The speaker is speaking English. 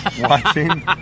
Watching